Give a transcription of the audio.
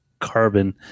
Carbon